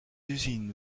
usines